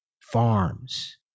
farms